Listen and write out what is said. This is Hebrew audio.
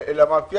ינון,